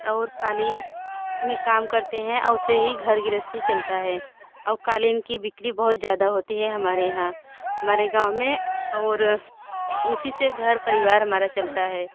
और कालीन में काम करते हैं आउ उससे ही घर गृहस्थी चलता है और कालीन की बिक्री बहुत ज़्यादा होती हैं हमारे यहाँ हमारे गाँव में और उसी से घर परिवार हमारा चलता है